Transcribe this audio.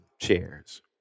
chairs